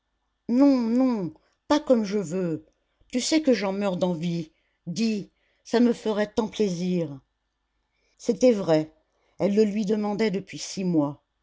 non non pas comme je veux tu sais que j'en meurs d'envie dis ça me ferait tant plaisir c'était vrai elle le lui demandait depuis six mois